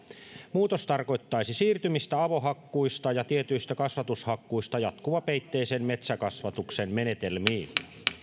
muutos tarkoittaisi siirtymistä avohakkuista ja tietyistä kasvatushakkuista jatkuvapeitteisen metsänkasvatuksen menetelmiin